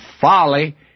folly